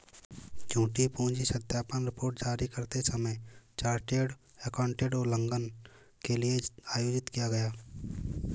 झूठी पूंजी सत्यापन रिपोर्ट जारी करते समय चार्टर्ड एकाउंटेंट उल्लंघन के लिए आयोजित किया गया